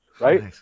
right